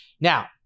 Now